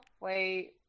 Wait